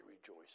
rejoice